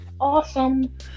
Awesome